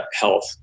health